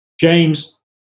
James